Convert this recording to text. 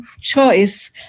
choice